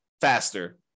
faster